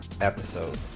episode